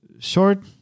short